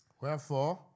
Wherefore